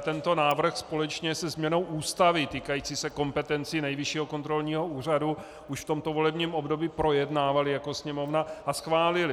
tento návrh jsme společně se změnou Ústavy týkající se kompetencí Nejvyššího kontrolního úřadu už v tomto volebním období projednávali jako Sněmovna a schválili.